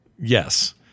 yes